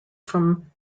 from